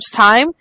time